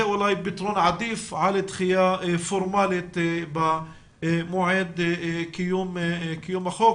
זה אולי פתרון עדיף על דחייה פורמלית במועד קיום החוק,